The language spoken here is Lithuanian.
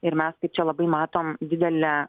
ir mes kaip čia labai matom didelę